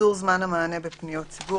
קיצור זמן המענה בפניות ציבור),